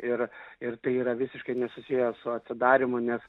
ir ir tai yra visiškai nesusiję su atidarymu nes